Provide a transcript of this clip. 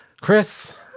Chris